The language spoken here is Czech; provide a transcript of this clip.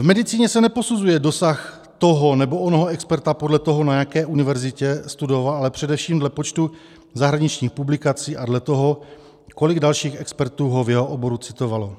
V medicíně se neposuzuje dosah toho nebo onoho experta podle toho, na jaké univerzitě studoval, ale především dle počtu zahraničních publikací a dle toho, kolik dalších expertů ho v jeho oboru citovalo.